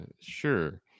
sure